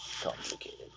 complicated